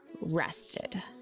rested